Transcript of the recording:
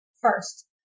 first